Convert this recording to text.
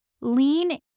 lean